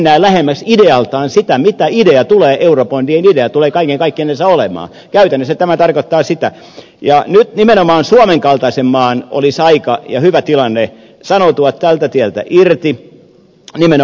näillähän mennään lähemmäs idealtaan sitä mitä eurobondien idea tulee kaiken kaikkinensa olemaan käytännössä tämä tarkoittaa sitä nyt nimenomaan suomen kaltaisen maan olisi aika ja hyvä tilanne sanoutua tältä tieltä irti nimenomaan sen takia